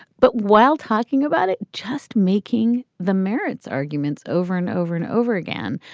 but while talking about it, just making the merits arguments over and over and over again.